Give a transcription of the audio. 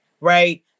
right